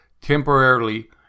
temporarily